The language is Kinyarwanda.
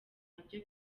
nabyo